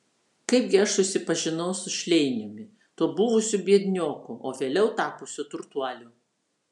kaipgi aš susipažinau su šleiniumi tuo buvusiu biednioku o vėliau tapusiu turtuoliu